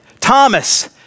Thomas